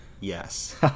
yes